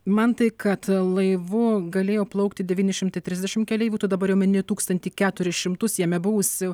mantai kad laivu galėjo plaukti devyni šimtai trisdešimt keleivių tu dabar jau mini tūkstantį keturis šimtus jame buvusių